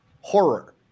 horror